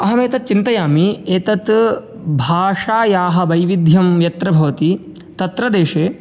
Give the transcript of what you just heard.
अहमेतद् चिन्तयामि एतद् भाषायाः वैविध्यं यत्र भवति तत्र देशे